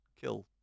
kill